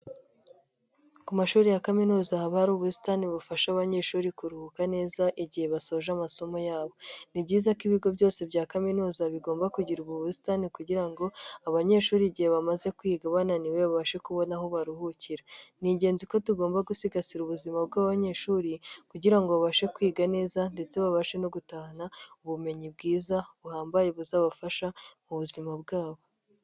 Ku mashuri ya kaminuza haba hari ubusitani bufasha abanyeshuri kuruhuka neza igihe basoje amasomo yabo, ni byiza ko ibigo byose bya kaminuza bigomba kugira ubu busitani kugira ngo abanyeshuri igihe bamaze kwiga bananiwe babashe kubona aho baruhukira, ni ingenzi ko tugomba gusigasira ubuzima bw'abanyeshuri kugira ngo babashe kwiga neza ndetse babashe no gutahana ubumenyi bwiza buhambaye buzabafasha mu buzima bwabo.